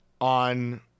on